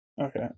Okay